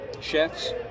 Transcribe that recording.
chefs